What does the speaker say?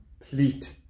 complete